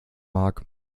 mag